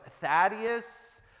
Thaddeus